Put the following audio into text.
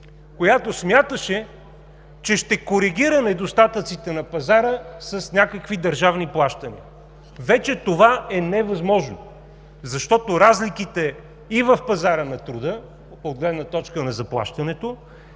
която смяташе, че ще коригира недостатъците на пазара с някакви държавни плащания. Това вече е невъзможно, защото разликите и в пазара на труда от гледна точка на заплащането,